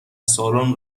سالن